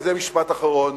וזה המשפט האחרון,